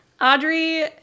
Audrey